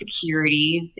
securities